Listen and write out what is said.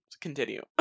Continue